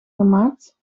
gemaakt